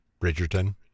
Bridgerton